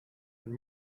and